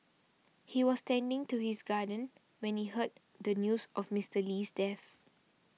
he was tending to his garden when he heard the news of Mister Lee's death